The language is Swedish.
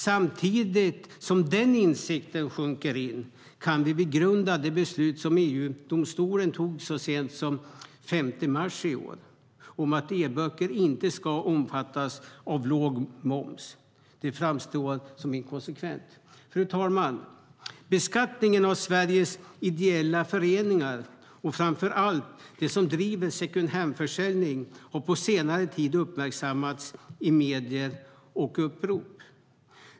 Samtidigt som den insikten sjunker in kan vi begrunda det beslut som EU-domstolen tog så sent som den 5 mars i år om att eböcker inte ska omfattas av låg moms. Det framstår som inkonsekvent. Fru talman! Beskattningen av Sveriges ideella föreningar, framför allt de som driver second hand-försäljning, har på senare tid uppmärksammats i medier och upprop.